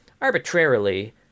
arbitrarily